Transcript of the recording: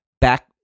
back